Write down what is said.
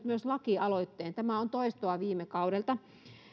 myös lakialoitteen tämä on toistoa viime kaudelta ja